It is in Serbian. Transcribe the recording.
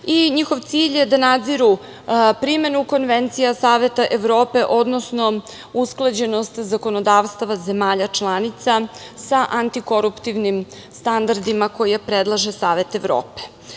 i njihov cilj je da nadziru primenu konvencija Saveta Evrope, odnosno usklađenost zakonodavstava zemalja članica sa antikoruptivnim standardima koje predlaže Savet Evrope. Osnovna